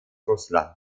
russland